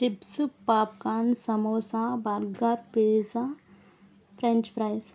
chips popcorn samosa burger pizza French fries